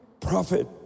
prophet